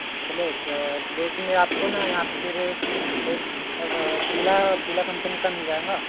black black में आपको ना यहाँ पे फिर फ़िला फ़िला कंपनी का मिल जाएगा